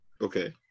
Okay